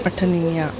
पठनीयाः